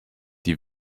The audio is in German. die